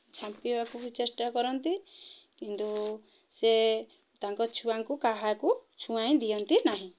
ଝାମ୍ପିବାକୁ ବି ଚେଷ୍ଟା କରନ୍ତି କିନ୍ତୁ ସେ ତାଙ୍କ ଛୁଆଙ୍କୁ କାହାକୁ ଛୁଆଁଇ ଦିଅନ୍ତି ନାହିଁ